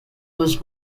was